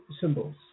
symbols